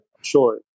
sure